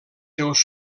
seus